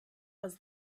was